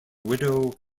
widow